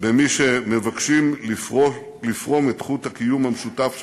במי שמבקשים לפרום את חוט הקיום המשותף שלנו,